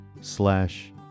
slash